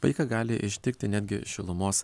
vaiką gali ištikti netgi šilumos